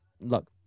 look